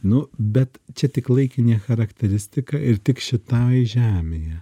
nu bet čia tik laikinė charakteristika ir tik šitai žemėje